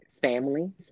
family